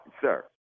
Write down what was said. sir